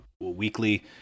weekly